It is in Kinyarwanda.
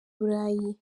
burayi